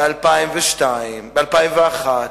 ב-2001,